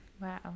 Wow